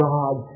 God